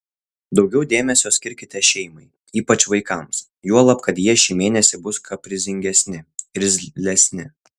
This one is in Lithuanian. daugiau dėmesio skirkite šeimai ypač vaikams juolab kad jie šį mėnesį bus kaprizingesni irzlesni